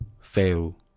fail